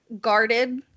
guarded